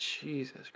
jesus